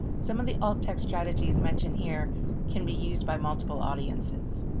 some of the alt text strategies mentioned here can be used by multiple audiences.